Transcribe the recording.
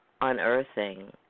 unearthing